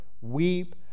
weep